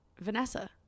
Vanessa